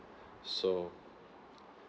so